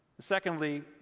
Secondly